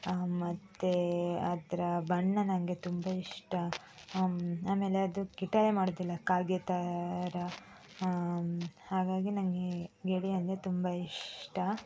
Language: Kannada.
ಮತ್ತು ಅದರ ಬಣ್ಣ ನನಗೆ ತುಂಬ ಇಷ್ಟ ಆಮೇಲೆ ಅದು ಕಿಟಲೆ ಮಾಡುವುದಿಲ್ಲ ಕಾಗೆ ಥರ ಹಾಗಾಗಿ ನನಗೆ ಗಿಳಿ ಅಂದರೆ ತುಂಬ ಇಷ್ಟ